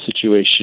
situation